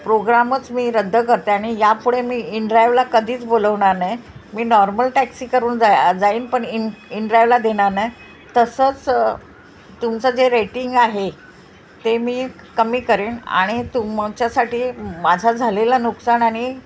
प्रोग्रामच मी रद्द करते आणि यापुडे मी इनड्रायव्हला कधीच बोलवणार नाई मी नॉर्मल टॅक्सी करून जाईन पण इन इनड्रायव्हला देनार नाई तसंच तुमचं जे रेटिंग आहे ते मी कमी करीन आणि तुमच्यासाठी माझा झालेला नुकसान आणि